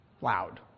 Loud